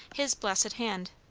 his blessed hand.